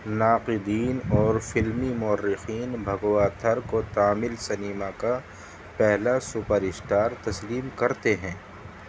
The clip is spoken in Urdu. ناقدین اور فلمی مورخین بھگواتھر کو تامل سنیما کا پہلا سپر اسٹار تسلیم کرتے ہیں